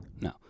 No